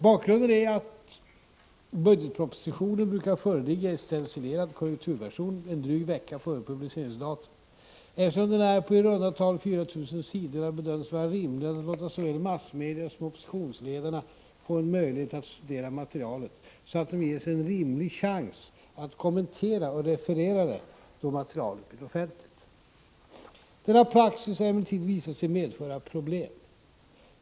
Bakgrunden är att budgetpropositionen brukar föreligga i stencilerad korrekturversion en dryg vecka före publiceringsdatum. Eftersom den är på i runda tal 4 000 sidor, har det bedömts vara rimligt att låta såväl massmedia som oppositionsledarna få en möjlighet att studera materialet, så att de ges en rimlig chans att kommentera och referera det, då materialet blir offentligt. Denna praxis har emellertid visat sig medföra problem.